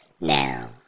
Now